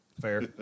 Fair